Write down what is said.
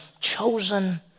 chosen